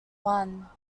one